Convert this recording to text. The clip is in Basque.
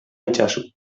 itzazu